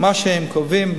מה שהם קובעים,